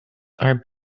are